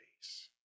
face